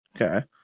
Okay